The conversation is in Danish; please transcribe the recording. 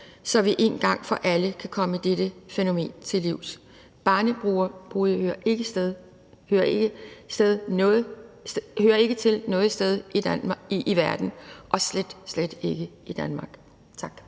så vi en gang for alle kan komme dette fænomen til livs. Barnebrude hører ikke til noget sted i verden, og slet, slet ikke i Danmark. Tak.